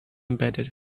embedded